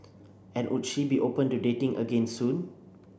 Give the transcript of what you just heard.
and would she be open to dating again soon